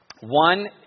One